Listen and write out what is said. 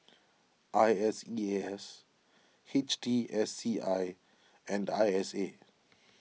I S E A S H T S C I and I S A